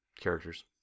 characters